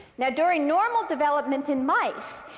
now during normal development in mice,